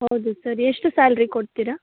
ಹೌದು ಸರ್ ಎಷ್ಟು ಸ್ಯಾಲ್ರಿ ಕೊಡ್ತೀರ